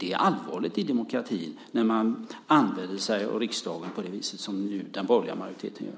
Det är allvarligt i en demokrati att man nu använder sig av riksdagen på det vis som den borgerliga majoriteten nu gör.